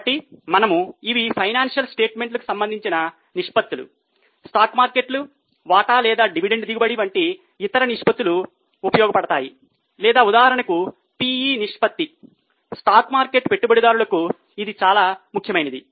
కాబట్టి మనము ఇవి ఫైనాన్షియల్ స్టేట్మెంట్లకు సంబంధించిన నిష్పత్తులు స్టాక్ మార్కెట్కు వాటా లేదా డివిడెండ్ దిగుబడి వంటి ఇతర నిష్పత్తులు ఉపయోగపడతాయి లేదా ఉదాహరణకు పిఇ నిష్పత్తి స్టాక్ మార్కెట్ పెట్టుబడిదారులకు ఇది చాలా ముఖ్యమైనది